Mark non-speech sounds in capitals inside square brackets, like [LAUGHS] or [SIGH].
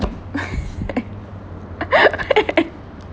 [LAUGHS]